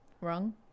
Wrong